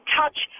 touch